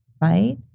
right